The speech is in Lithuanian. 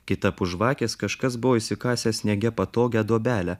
kitapus žvakės kažkas buvo išsikasęs sniege patogią duobelę